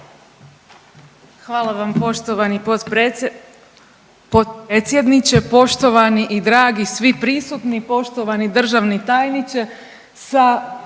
Hvala vam poštovani potpredsjedniče. Poštovani i dragi svi prisutni, poštovani državni tajniče